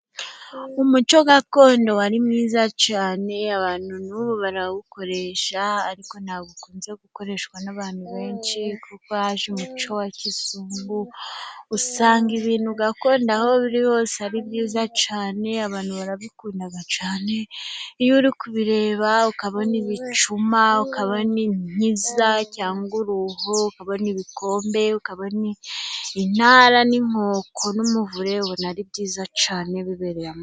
Umuco gakondo wari mwiza cyane abantu n'ubu barawukoresha, ariko ntabwo ukunze gukoreshwa n'abantu benshi kuko haje umuco wa kizungu, usanga ibintu gakondo aho biri hose ari byiza cyane abantu barabikunda cyane, iyo uri kubireba ukabona ibicuma ukabona inkiza cyangwa uruho, ukabona n'ibikombe ukabona intara n'inkoko n'umuvure ubona ari byiza cyane bibereyemo.